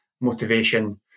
motivation